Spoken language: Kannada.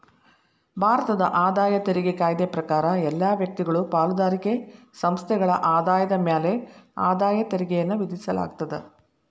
ಭಾರತದ ಆದಾಯ ತೆರಿಗೆ ಕಾಯ್ದೆ ಪ್ರಕಾರ ಎಲ್ಲಾ ವ್ಯಕ್ತಿಗಳು ಪಾಲುದಾರಿಕೆ ಸಂಸ್ಥೆಗಳ ಆದಾಯದ ಮ್ಯಾಲೆ ಆದಾಯ ತೆರಿಗೆಯನ್ನ ವಿಧಿಸಲಾಗ್ತದ